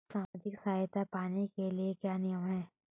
सामाजिक सहायता पाने के लिए क्या नियम हैं?